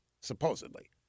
supposedly